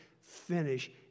finish